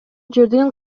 жердин